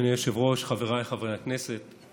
אדוני היושב-ראש, חבריי חברי הכנסת,